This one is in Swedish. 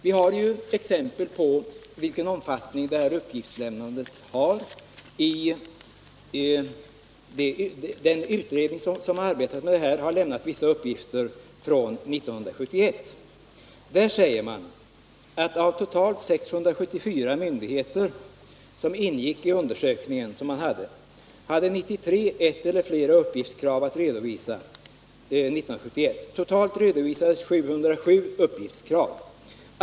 Vi har ju exempel på omfattningen av uppgiftslämnandet, eftersom den utredning som arbetat har angett vissa siffror från 1971. Av totalt 674 myndigheter som ingick i undersökningen hade 93 ett eller flera uppgiftskrav att redovisa 1971. Totalt redovisades 707 uppgiftskrav.